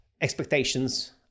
expectations